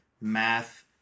math